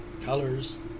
colors